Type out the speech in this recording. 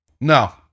No